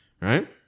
right